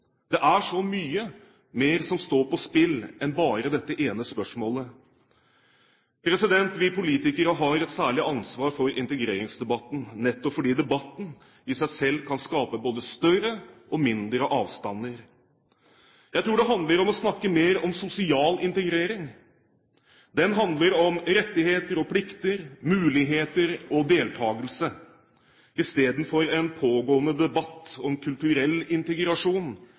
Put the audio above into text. Det er så mye mer som står på spill enn bare dette ene spørsmålet. Vi politikerne har et særlig ansvar for integreringsdebatten, nettopp fordi debatten i seg selv kan skape både større og mindre avstander. Jeg tror det handler om å snakke mer om sosial integrering. Den handler om rettigheter og plikter, muligheter og deltakelse istedenfor en pågående debatt om kulturell integrasjon